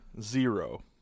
zero